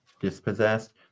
Dispossessed